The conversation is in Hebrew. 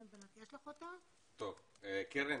קרן,